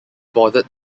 bordered